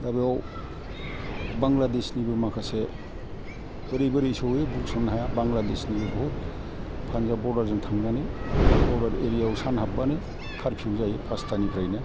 दा बेयाव बांलादेशनिबो माखासे बोरै बोरै सहैयो बुंसनोनो हाया बांलादेशनिबो बहुद पानजाब बरदारजों थांनानै बरदार एरियायाव सान हाबबानो कारफिउ जायो फासथानिफ्रायनो